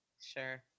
Sure